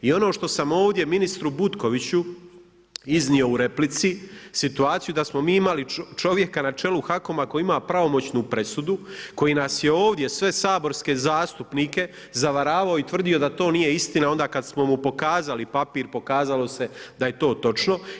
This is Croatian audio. I ono što sam ovdje ministru Butkoviću iznio u replici, situaciju da smo mi imali čovjeka na čelu HAKOM-a koji ima pravomoćnu presudu, koji nas je ovdje sve saborske zastupnike zavaravao i tvrdio da to nije istina onda kad smo mu pokazali papir, pokazalo se da je to točno.